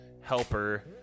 helper